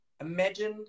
imagine